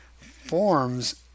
forms